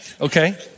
Okay